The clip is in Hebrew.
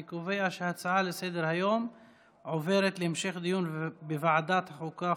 אני קובע שההצעה לסדר-היום עוברת להמשך דיון בוועדת החוקה,